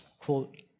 Quote